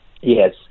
Yes